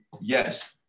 yes